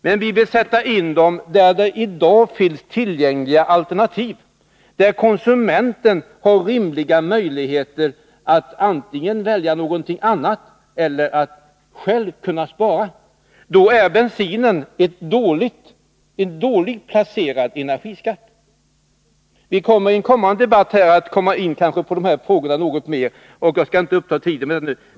Men vi vill sätta in dem där det i dag finns alternativ, där konsumenten har rimliga möjligheter att antingen välja någonting annat eller att själv spara. Då är bensinskatten en dåligt placerad energiskatt. Vi skall i en kommande debatt beröra de här frågorna något mera, så jag skallinte uppta kammarens tid mer nu.